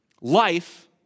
Life